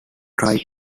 try